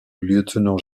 lieutenant